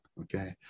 okay